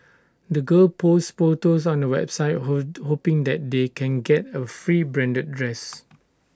the girls posts photos on the website hoping that they can get A free branded dress